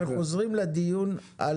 אנחנו חוזרים לדיון על